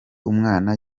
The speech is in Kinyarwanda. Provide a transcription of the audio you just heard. umwana